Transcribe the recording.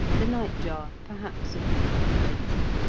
the nightjar perhaps a fortnight later.